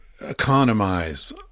economize